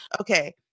okay